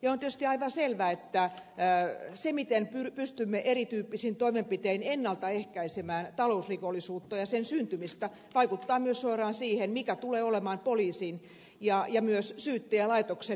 on tietysti aivan selvää että se miten pystymme erityyppisin toimenpitein ennalta ehkäisemään talousrikollisuutta ja sen syntymistä vaikuttaa myös suoraan siihen mikä tulee olemaan poliisin ja myös syyttäjälaitoksen resursoinnin tarve